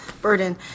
burden